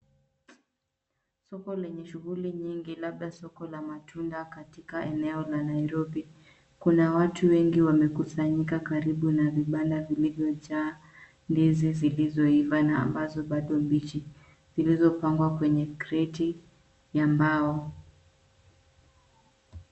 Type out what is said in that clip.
Soko lenye shughuli nyingi labda soko la matunda katika eneo la Nairobi. Kuna watu wengi wamekusanyika karibu na vibanda vilivyojaa ndizi zilizoiva na ambazo bado bichi zilizopangwa kwenye kreti ya mbao.